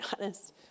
honest